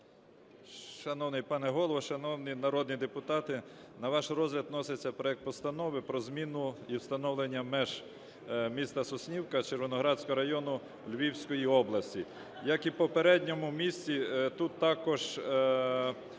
Шановний пане голово, шановні народні депутати, на ваш розгляд вноситься проект Постанови про зміну і встановлення меж міста Соснівки Червоноградського району Львівської області. Як і в попередньому місті, тут також